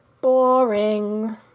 Boring